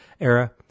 era